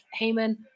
Heyman